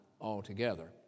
altogether